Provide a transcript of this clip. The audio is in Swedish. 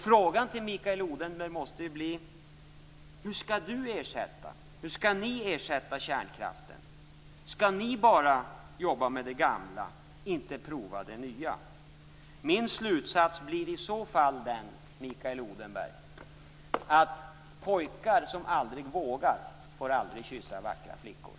Frågan till Mikael Odenberg måste bli: Hur skall ni ersätta kärnkraften? Skall ni bara jobba med det gamla och inte prova det nya? Min slutsats blir i så fall, Mikael Odenberg: Pojkar som aldrig vågar får aldrig kyssa vackra flickor.